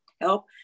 help